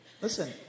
Listen